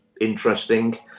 interesting